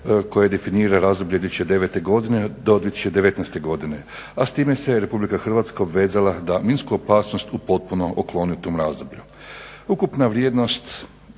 koje definira razdoblje 2009.-2019. godine, a s time se Republika Hrvatska obvezala da minsku opasnost potpuno ukloni u tom razdoblju. Ukupna vrijednost